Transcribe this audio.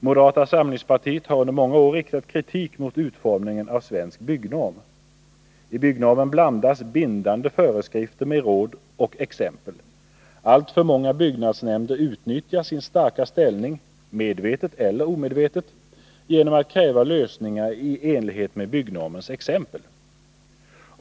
Moderata samlingspartiet har under många år riktat kritik mot utformningen av Svensk Byggnorm. I byggnormen blandas bindande föreskrifter med råd och exempel. Alltför många byggnadsnämnder utnyttjar sin starka ställning — medvetet eller omedvetet — genom att kräva lösningar i enlighet med byggnormens exempel.